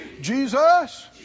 Jesus